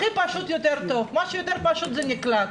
הכי פשוט יותר טוב, מה שיותר פשוט נקלט.